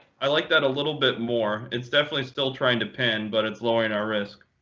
i like that a little bit more. it's definitely still trying to pin, but it's lowering our risk.